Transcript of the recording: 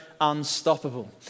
unstoppable